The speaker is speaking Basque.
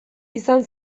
izan